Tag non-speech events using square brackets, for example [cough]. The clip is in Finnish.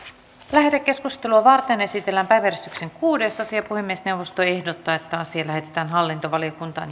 lähetekeskustelua varten esitellään päiväjärjestyksen kuudes asia puhemiesneuvosto ehdottaa että asia lähetetään hallintovaliokuntaan [unintelligible]